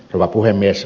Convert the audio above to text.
rouva puhemies